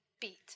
beat